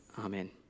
Amen